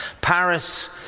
Paris